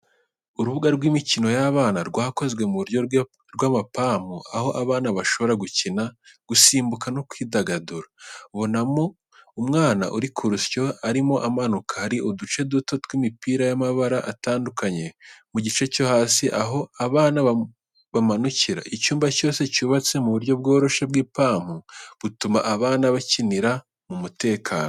Urubuga rw’imikino y’abana rwakozwe mu buryo bw’amapampu , aho abana bashobora gukina, gusimbuka no kwidagadura. Ubonamo umwana uri ku rusyo, arimo amanuka. hari uduce duto tw’imipira y’amabara atandukanye mu gice cyo hasi aho abana bamanukira. Icyumba cyose cyubatse mu buryo bworoshye bw’ipampu, butuma abana bakinira mu mutekano.